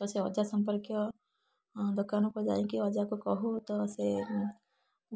ତ ସେ ଅଜା ସମ୍ପର୍କୀୟ ଦୋକାନକୁ ଯାଇକି ଅଜାକୁ କହୁ ସେ